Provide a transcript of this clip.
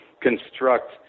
construct